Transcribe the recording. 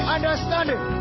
Understanding